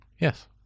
Yes